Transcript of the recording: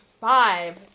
five